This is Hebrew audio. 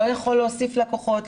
לא יכול להוסיף לקוחות,